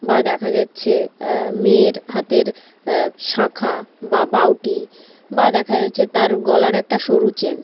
বা দেখা যাচ্ছে মেয়ের হাতের শাঁখা বা বাউটি বা দেখা যাচ্ছে তার গলার একটা সরু চেন